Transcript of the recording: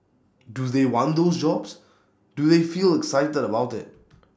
do they want those jobs do they feel excited about IT